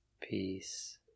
Peace